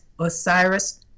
Osiris